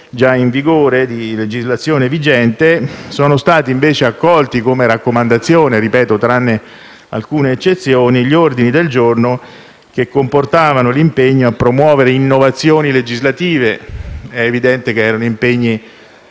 già in vigore, di legislazione vigente. Sono stati, invece, accolti come raccomandazione, salvo alcune eccezioni, gli ordini del giorno che comportavano l'impegno a promuovere innovazioni legislative. È evidente che erano impegni